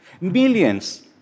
millions